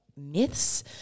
myths